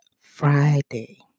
Friday